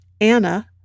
Anna